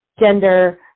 gender